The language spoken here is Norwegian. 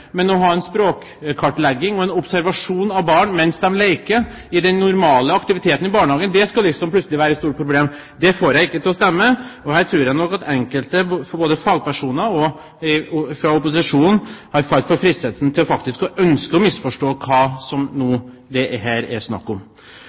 men å ha en språkkartlegging og en observasjon av barn mens de leker under normal aktivitet barnehagen, skal liksom plutselig være et stort problem. Det får jeg ikke til å stemme. Der tror jeg nok at enkelte, både fagpersoner og opposisjonen, har falt for fristelsen til faktisk å ønske å misforstå hva det her er snakk om. Vi har også fått brev fra Hørselshemmedes Landsforbund, som